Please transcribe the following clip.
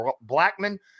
Blackman